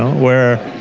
where,